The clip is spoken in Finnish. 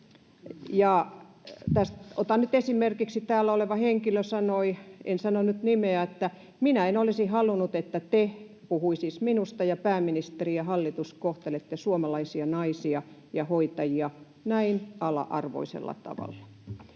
ja nyt esimerkiksi täällä oleva henkilö, en sano nyt nimeä, sanoi: ”Minä en olisi halunnut” — puhui siis minusta — ”että te ja pääministeri ja hallitus kohtelette suomalaisia naisia ja hoitajia näin ala-arvoisella tavalla.”